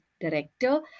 Director